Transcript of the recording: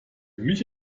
mich